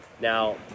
Now